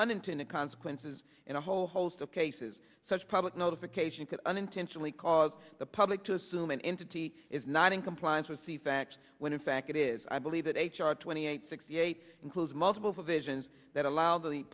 unintended consequences in a whole host of cases such public notification could unintentionally cause the public to assume an entity is not in compliance with the facts when in fact it is i believe that h r twenty eight sixty eight includes multiple visions that allow the